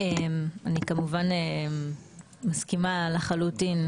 אני כמובן מסכימה לחלוטין.